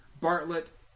Bartlett